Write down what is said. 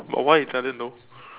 but why Italian though